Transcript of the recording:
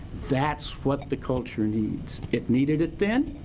that's what the culture needs. it needed it then,